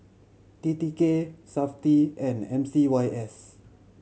T T K Safti and M C Y S